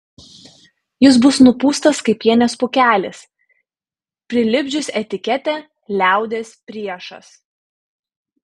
jis bus nupūstas kaip pienės pūkelis prilipdžius etiketę liaudies priešas